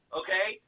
okay